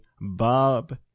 Bob